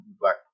Black